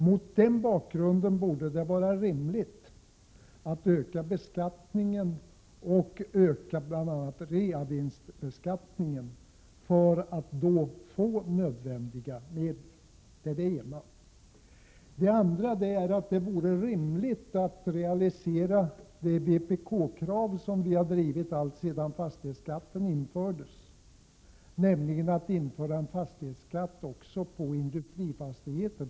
Mot den bakgrunden borde det vara rimligt att öka beskattningen — bl.a. reavinstbeskattningen — för att få nödvändiga medel. Det andra är att det vore rimligt att realisera det vpk-krav som vi har drivit alltsedan fastighetsskatten infördes, nämligen att införa en fastighetsskatt även på industrifastigheter.